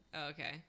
Okay